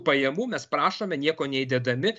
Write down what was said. pajamų mes prašome nieko neįdedami